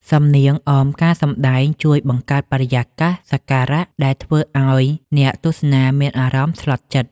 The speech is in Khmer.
សំនៀងអមការសម្ដែងជួយបង្កើតបរិយាកាសសក្ការៈ ដែលធ្វើឱ្យអ្នកទស្សនាមានអារម្មណ៍ស្លុតចិត្ត។